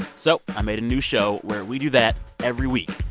so i made a new show where we do that every week.